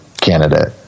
candidate